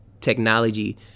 technology